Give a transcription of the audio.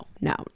no